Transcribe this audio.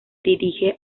dirige